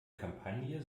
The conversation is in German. kampagne